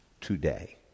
today